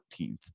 14th